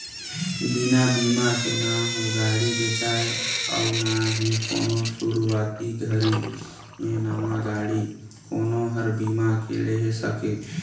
बिना बिमा के न हो गाड़ी बेचाय अउ ना ही कोनो सुरूवाती घरी मे नवा गाडी कोनो हर बीमा के लेहे सके